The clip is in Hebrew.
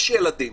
יש ילדים